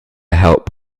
help